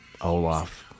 Olaf